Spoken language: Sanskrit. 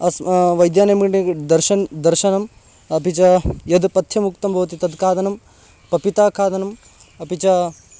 अस् वैद्यनिकटे दर्शनं दर्शनम् अपि च यद् पथ्यमुक्तं भवति तद् खादनं पपिताखादनम् अपि च